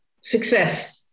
success